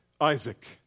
Isaac